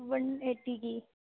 one eighty کی